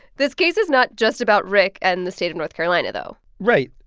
this case is not just about rick and the state of north carolina, though right.